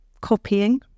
copying